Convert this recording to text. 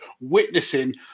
witnessing